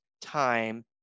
time